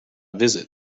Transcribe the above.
visit